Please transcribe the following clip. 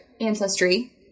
ancestry